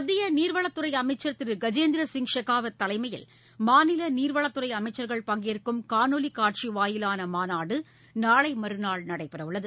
மத்திய நீர்வளத் துறை அமைச்சர் திரு கஜேந்திர சிங் ஷெகாவத் தலைமையில் மாநில நீர்வளத்துறை அமைச்சர்கள் பங்கேற்கும் காணொலிக் காட்சி வாயிலான மாநாடு நாளை மறுநாள் நடைபெறவுள்ளது